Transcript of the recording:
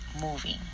moving